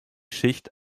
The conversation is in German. schicht